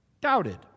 doubted